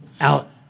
Out